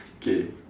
okay